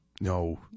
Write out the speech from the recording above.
No